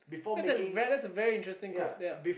that's a very that's a very interesting quote yea